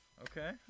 Okay